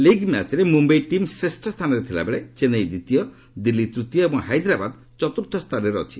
league ମ୍ୟାଚ୍ରେ Mumbai team ଶ୍ରେଷ ସ୍ଥାନରେ ଥିଲାବେଳେ ଚେନ୍ନାଇ ଦ୍ୱିତୀୟ ଦିଲ୍ଲୀ ତୃତୀୟ ଏବଂ ହାଇଦ୍ରାବାଦ୍ ଚତୁର୍ଥ ସ୍ଥାନରେ ଅଛି